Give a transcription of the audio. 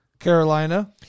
carolina